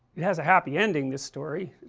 it has a happy ending this story,